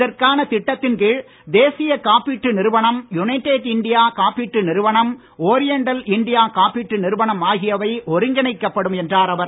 இதற்கான திட்டத்தின் கீழ் தேசிய காப்பீட்டு நிறுவனம் யுனைடெட் இந்தியா காப்பீட்டு நிறுவனம் இந்தியா ஒரிண்டல் மிறுவனம் ஆகியவை ஒருங்கிணைக்கப்படும் என்றார் அவர்